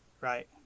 Right